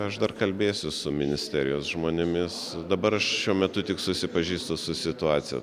aš dar kalbėsiu su ministerijos žmonėmis dabar šiuo metu tik susipažįstu su situacija